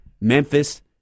Memphis